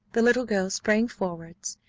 the little girl sprang forwards,